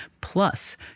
Plus